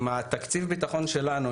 עם תקציב הביטחון שלנו,